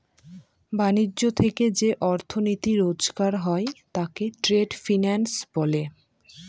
ব্যাণিজ্য থেকে যে অর্থনীতি রোজগার হয় তাকে ট্রেড ফিন্যান্স বলে